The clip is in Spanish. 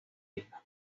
isla